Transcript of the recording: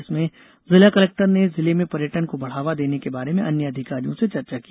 जिसमें जिला कलेक्टर ने जिले में पर्यटन को बढ़ावा देने के बारे में अन्य अधिकारियों से चर्चा की